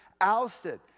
ousted